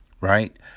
right